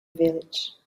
village